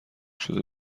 شده